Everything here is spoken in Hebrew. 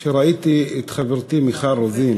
כשראיתי את חברתי מיכל רוזין